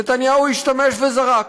נתניהו השתמש וזרק.